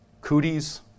cooties